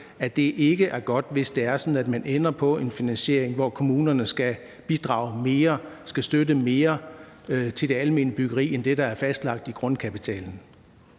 at det ikke er godt, hvis man ender med en finansiering, hvor kommunerne skal støtte og bidrage mere til det almene byggeri end det, der er fastlagt i grundkapitalen.